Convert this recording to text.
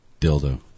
dildo